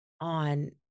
on